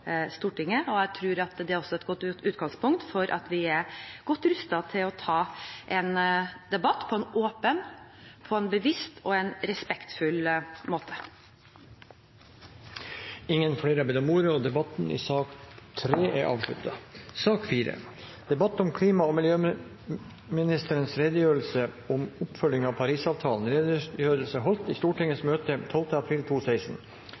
Stortinget. Jeg tror det er et godt utgangspunkt for at vi står godt rustet til å ta en debatt på en åpen, bevisst og respektfull måte. Flere har ikke bedt om ordet til sak nr. 3. Presidenten vil foreslå at taletiden blir begrenset til 5 minutter til hver partigruppe og 5 minutter til medlemmer av